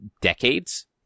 decades